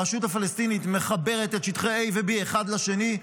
הרשות הפלסטינית מחברת את שטחי A ו-B אחד לשני,